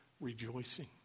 rejoicing